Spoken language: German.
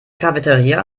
cafeteria